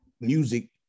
music